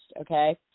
okay